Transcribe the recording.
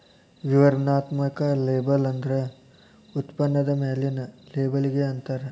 ವಿವರಣಾತ್ಮಕ ಲೇಬಲ್ ಅಂದ್ರ ಉತ್ಪನ್ನದ ಮ್ಯಾಲಿನ್ ಲೇಬಲ್ಲಿಗಿ ಅಂತಾರ